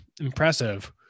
impressive